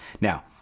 Now